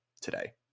today